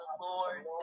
Lord